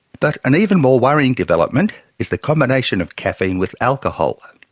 but an even more worrying development is the combination of caffeine with alcohol.